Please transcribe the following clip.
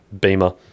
Beamer